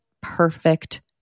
perfect